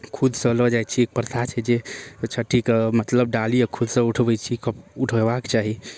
खुदसऽ लऽ जाइ छी परसादके जे छठिके मतलब डालीके खुदसऽ उठबै छी उठेबाक चाही